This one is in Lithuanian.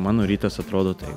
mano rytas atrodo taip